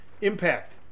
Impact